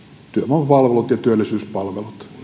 työvoimapalvelut ja työllisyyspalvelut